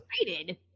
excited